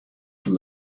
from